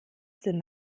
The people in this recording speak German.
sind